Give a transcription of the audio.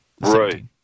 Right